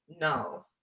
No